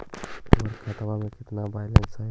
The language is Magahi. हमर खतबा में केतना बैलेंस हई?